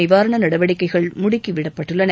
நிவாரண நடவடிக்கைகள் முடுக்கிவிடப்பட்டுள்ளன